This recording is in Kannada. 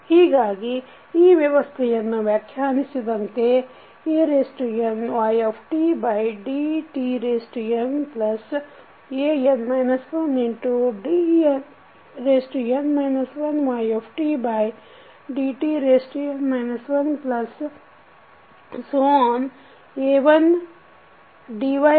ಹೀಗಾಗಿ ಈಗ ವ್ಯವಸ್ಥೆಯನ್ನು ವ್ಯಾಖ್ಯಾನಿಸಿದಂತೆ dnydtnan 1dn 1ydtn 1